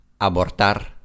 abortar